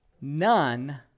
none